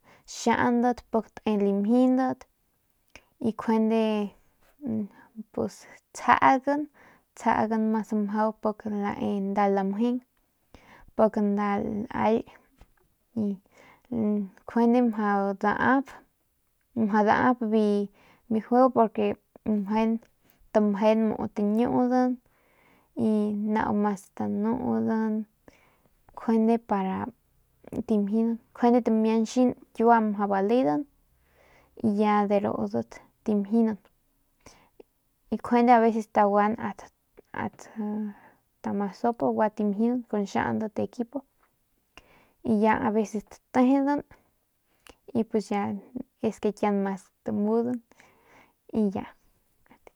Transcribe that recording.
Xiaunan y limjinat y njuande pus tsjaadgan tsjaadgan mas mjau pik nae nda lamjeng pik nda laly y njuande mjau daap mjau daap nda lamjing tamjen muu tañiunan y nau mas tanudan nep cuande para njuande tamiachan kiua mjau baledan y ya derudat tamjinan y njuande aveces taguan ast tamasopo en nda xiaundat equipo y ya aveces tatejenan y pus ya es que kiaun mas kamunan y ya.